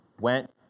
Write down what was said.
went